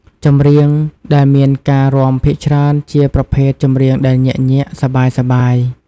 ចម្រៀងដែលមានការរាំភាគច្រើនជាប្រភេទចម្រៀងដែលញាក់ៗ សប្បាយៗ។